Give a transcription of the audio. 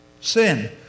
sin